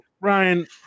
Ryan